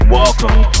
welcome